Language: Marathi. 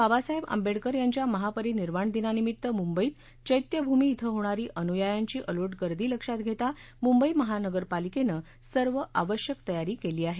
बाबासाहेब आंबेडकर यांच्या महापरिनिर्वाणदिनानिमित्त मुंबईत चैत्यभूमी इथं होणारी अनुयायांची अलोट गर्दी लक्षात घेता मुंबई महानगरपालिकेनं सर्व आवश्यक तयारी केली आहे